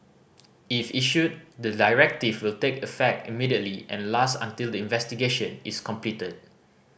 if issued the directive will take effect immediately and last until the investigation is completed